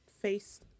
face